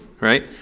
right